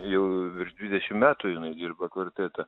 jau virš dvidešim metų jinai dirba kvartete